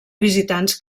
visitants